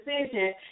decision